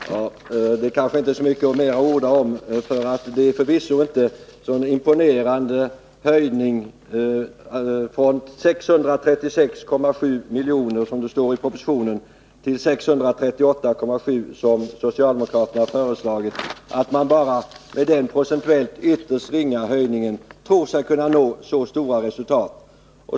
Herr talman! Det kanske inte är så mycket mera att orda om, ty det är förvisso här inte fråga om någon imponerande höjning — från 636,7 milj.kr. som föreslås i propositionen till 638,7 milj.kr. som socialdemokraterna har föreslagit. Det är således tvivelaktigt om man bara med denna procentuellt ytterst ringa höjning kan nå så stora resultat.